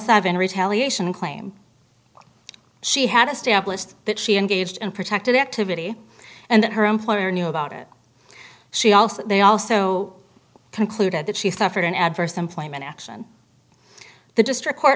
seven retaliation claim she had established that she engaged in protected activity and that her employer knew about it she also they also concluded that she suffered an adverse employment action the district court